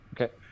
Okay